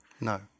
No